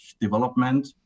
development